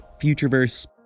futureverse